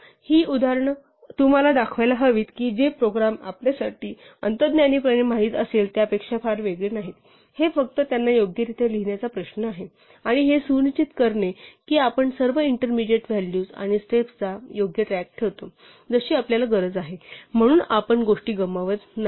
ही उदाहरणे तुम्हाला दाखवायला हवीत की जे प्रोग्राम आपल्याला अंतर्ज्ञानीपणे माहित आहेत त्यापेक्षा फार वेगळे नाहीत ते फक्त त्यांना योग्यरित्या लिहिण्याचा प्रश्न आहे आणि हे सुनिश्चित करणे की आपण सर्व इंटरमीडिअट व्हॅल्यूज आणि स्टेप्स यांचा ट्रॅक ठेवतो जशी आपल्याला गरज आहे म्हणून आपण गोष्टी गमावत नाही